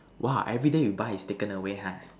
!wah! everyday you buy is taken away ha